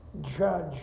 judge